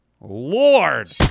Lord